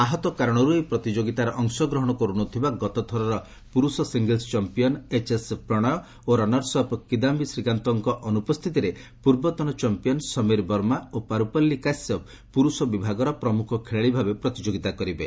ଆହତ କାରଣରୁ ଏହି ପ୍ରତିଯୋଗିତାରେ ଅଂଶଗ୍ରହଣ କରୁ ନ ଥିବା ଗତଥରର ପୁରୁଷ ସିଙ୍ଗଲ୍ସ୍ ଚାମ୍ପିୟନ୍ ଏଚ୍ଏସ୍ ପ୍ରଶୟ ଓ ରନର୍ସ ଅପ୍ କିଦାୟୀ ଶ୍ରୀକାନ୍ତଙ୍କ ଅନୁପସ୍ଥିତିରେ ପୂର୍ବତନ ଚାମ୍ପିୟନ୍ ସମୀର ବର୍ମା ଓ ପାରୁପଲ୍ଲି କାଶ୍ୟପ୍ ପୁରୁଷ ବିଭାଗର ପ୍ରମୁଖ ଖେଳାଳି ଭାବେ ପ୍ରତିଯୋଗିତା କରିବେ